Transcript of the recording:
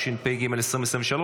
התשפ"ג 2023,